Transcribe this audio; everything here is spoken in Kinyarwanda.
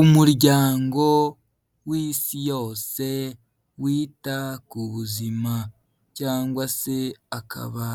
Umuryango w'Isi yose wita ku buzima, cyangwa se akaba